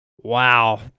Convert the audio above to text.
Wow